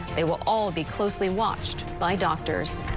they will all be. closely watched by doctors.